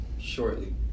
shortly